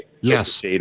Yes